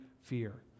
fear